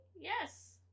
Yes